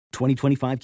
2025